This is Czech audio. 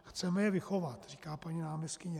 Chceme je vychovat, říká paní náměstkyně.